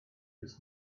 his